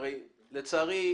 לצערי,